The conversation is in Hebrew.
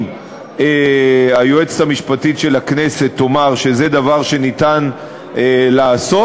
אם היועצת המשפטית של הכנסת תאמר שזה דבר שאפשר לעשות,